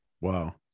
Wow